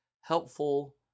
helpful